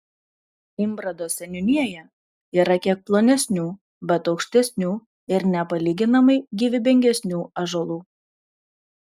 imbrado seniūnijoje yra kiek plonesnių bet aukštesnių ir nepalyginamai gyvybingesnių ąžuolų